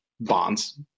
Bonds